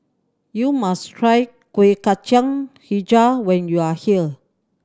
you must try Kueh Kacang Hijau when you are here